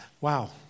Wow